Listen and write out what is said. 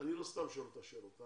לא סתם אני שואל את השאלות.